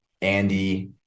andy